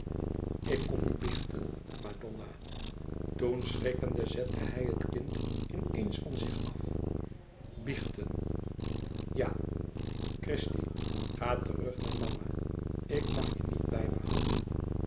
ik kom u biechten madonna toen schrikkende zette hij het kind in eens van zich af biechten ja christie ga terug naar mama ik mag je niet bij mij houden